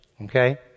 Okay